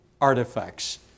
artifacts